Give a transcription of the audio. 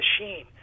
machine